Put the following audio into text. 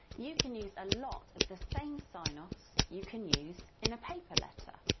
you can use a lot of the same sign-offs you can use in a paper letter,